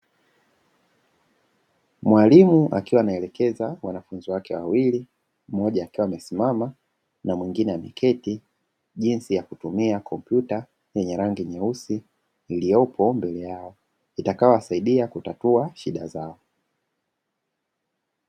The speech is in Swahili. Mwalimu akiwa anaelekeza wanafunzi wake wawili mmoja akiwa amesimama na mwingine ameketi, jinsi ya kutumia kompyuta yenye rangi nyeusi iliyopo mbele yao, itakayo wasaidia kutatua shida zao.